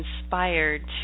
inspired